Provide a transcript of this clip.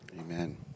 Amen